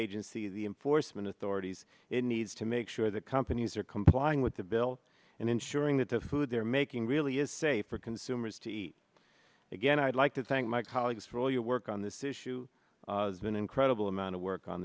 agency the in forstmann authorities it needs to make sure that companies are complying with the bill and ensuring that the food they're making really is safe for consumers to eat again i'd like to thank my colleagues for all your work on this issue is an incredible amount of work on